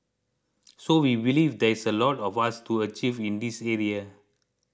so we believe there is a lot for us to achieve in this area